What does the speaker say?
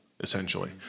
essentially